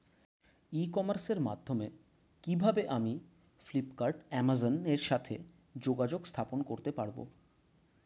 ই কমার্সের মাধ্যমে কিভাবে আমি ফ্লিপকার্ট অ্যামাজন এর সাথে যোগাযোগ স্থাপন করতে পারব?